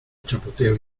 chapoteo